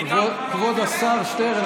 כבוד השר שטרן,